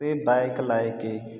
ਅਤੇ ਬਾਇਕ ਲੈ ਕੇ